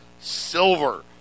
silver